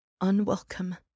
Unwelcome